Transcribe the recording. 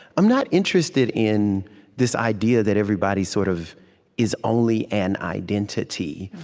i'm not interested in this idea that everybody sort of is only an identity,